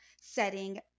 setting